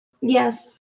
yes